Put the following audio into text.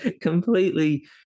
completely